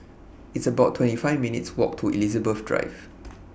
It's about twenty five minutes' Walk to Elizabeth Drive